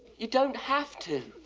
you don't have to.